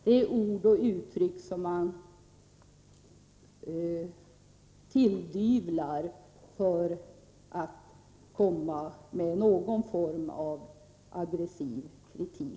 Det är ord och uttryck som man tar till för att komma med någon form av aggressiv kritik.